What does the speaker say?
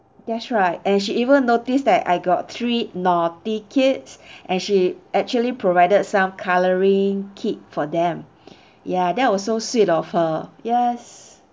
that's right and she even noticed that I got three naughty kids and she actually provided some coloring kit for them ya that was so sweet of her yes